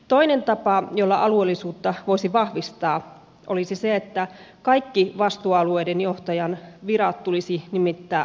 toinen tapa jolla alueellisuutta voisi vahvistaa olisi se että kaikki vastuualueiden johtajan virat tulisi nimittää alueilla